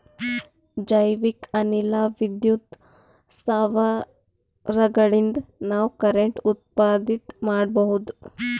ಜೈವಿಕ್ ಅನಿಲ ವಿದ್ಯುತ್ ಸ್ಥಾವರಗಳಿನ್ದ ನಾವ್ ಕರೆಂಟ್ ಉತ್ಪತ್ತಿ ಮಾಡಬಹುದ್